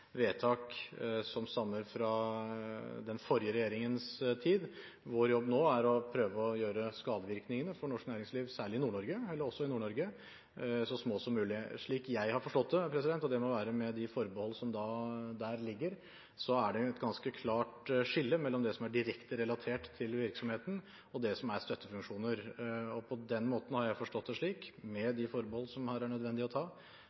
vedtak som stammer fra den forrige regjeringens tid. Vår jobb nå er å prøve å gjøre skadevirkningene for norsk næringsliv, også i Nord-Norge, så små som mulig. Slik jeg har forstått det – det må sies med de forbehold som der ligger – er det et ganske klart skille mellom det som er direkte relatert til virksomheten, og det som er støttefunksjoner. På den måten har jeg forstått det slik – med de forbehold som her er nødvendig å ta